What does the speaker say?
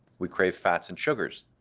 we crave fats and sugars,